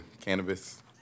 cannabis